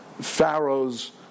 Pharaoh's